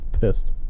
Pissed